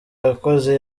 yakoze